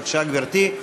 בבקשה, גברתי.